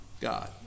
God